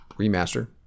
remaster